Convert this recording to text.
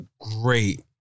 great